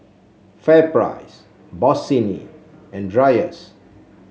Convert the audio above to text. FairPrice Bossini and Dreyers